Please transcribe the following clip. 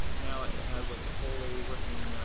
now it has like a fully working